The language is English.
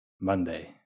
Monday